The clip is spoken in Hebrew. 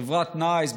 חברת נייס,